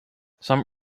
some